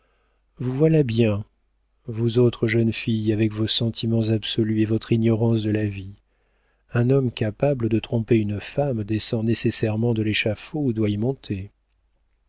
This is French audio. vous voilà bien vous autres jeunes filles avec vos sentiments absolus et votre ignorance de la vie un homme capable de tromper une femme descend nécessairement de l'échafaud ou doit y monter